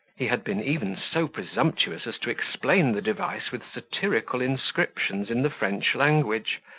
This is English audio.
he had been even so presumptuous as to explain the device with satirical inscriptions in the french language,